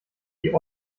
die